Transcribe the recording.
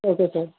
okay sir